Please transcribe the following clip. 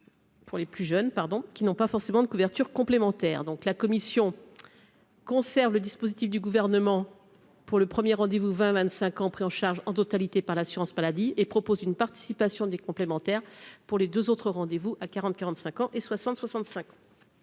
Pour les plus jeunes, pardon, qui n'ont pas forcément de couverture complémentaire donc la Commission conserve le dispositif du gouvernement pour le 1er rendez-vous 20 25 ans, pris en charge en totalité par l'assurance maladie et propose une participation des complémentaires pour les 2 autres rendez-vous à 40 45 ans, et 60 65,